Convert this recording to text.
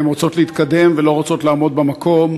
הן רוצות להתקדם ולא רוצות לעמוד במקום,